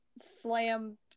slam